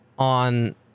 On